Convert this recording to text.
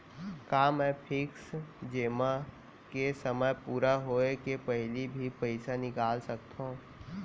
का मैं फिक्स जेमा के समय पूरा होय के पहिली भी पइसा निकाल सकथव?